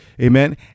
amen